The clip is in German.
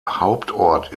hauptort